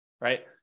right